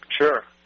Sure